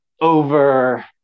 over